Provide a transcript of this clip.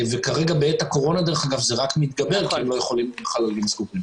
וכרגע בעת הקורונה זה רק מתגבר כי הם לא יכולים להיות בחללים סגורים.